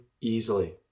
easily